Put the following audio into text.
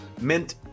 Mint